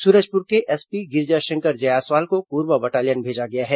सूरजपुर के एसपी गिरिजाशंकर जायसवाल को कोरबा बटालियन भेजा गया है